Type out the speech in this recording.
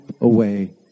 away